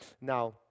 Now